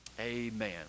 Amen